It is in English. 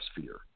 fear